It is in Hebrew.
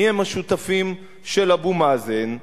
מי הם השותפים של אבו מאזן.